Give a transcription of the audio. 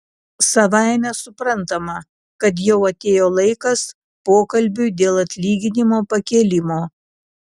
savaime suprantama kad jau atėjo laikas pokalbiui dėl atlyginimo pakėlimo